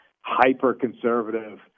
hyper-conservative